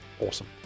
Awesome